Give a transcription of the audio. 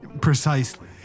Precisely